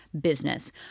business